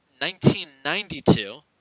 1992